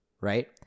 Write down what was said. right